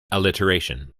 alliteration